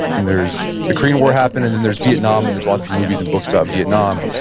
then there's the korean war happened and then there's vietnam and there's lots of movies and books about vietnam.